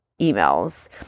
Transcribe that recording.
emails